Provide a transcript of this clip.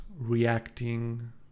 reacting